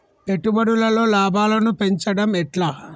పెట్టుబడులలో లాభాలను పెంచడం ఎట్లా?